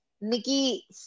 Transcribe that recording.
Nikki